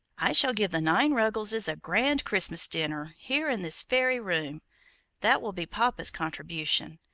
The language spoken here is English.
i shall give the nine ruggleses a grand christmas dinner here in this very room that will be papa's contribution,